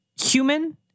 human